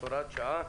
הוראת שעה,